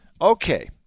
Okay